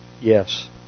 Yes